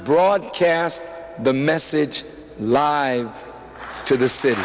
broadcast the message lie to the city